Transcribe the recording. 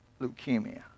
leukemia